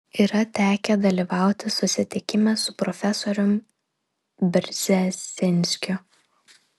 yra tekę dalyvauti susitikime su profesorium brzezinskiu